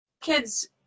kids